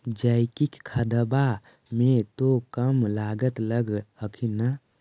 जैकिक खदबा मे तो कम लागत लग हखिन न?